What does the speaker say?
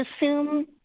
assume